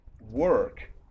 work